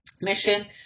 mission